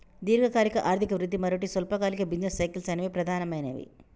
దీర్ఘకాలిక ఆర్థిక వృద్ధి, మరోటి స్వల్పకాలిక బిజినెస్ సైకిల్స్ అనేవి ప్రధానమైనవి